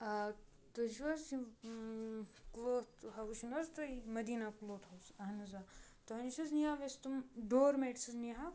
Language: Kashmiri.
آ تُہۍ چھُو حظ یِم کٕلوتھ ہاوُس چھُ نہ حظ تُہۍ مٔدیٖنہ کٕلوتھ ہاوُس اہن حظ آ تۄہہِ نِش حظ نِیاو اَسہِ تِم ڈورمیٹٕس حظ نِیاو